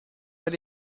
elle